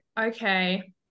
okay